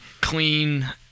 clean